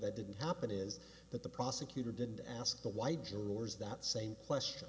that didn't happen is that the prosecutor didn't ask the white jurors that same question